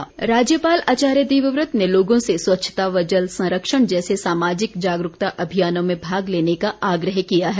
राज्यपाल राज्यपाल आचार्य देवव्रत ने लोगों से स्वच्छता व जल संरक्षण जैसे सामाजिक जागरूकता अभियानों में भाग लेने का आग्रह किया है